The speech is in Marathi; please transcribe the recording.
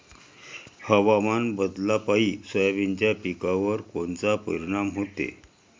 हवामान बदलापायी सोयाबीनच्या पिकावर कोनचा परिणाम होते?